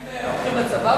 הם הולכים לצבא בכלל?